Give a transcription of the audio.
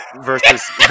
versus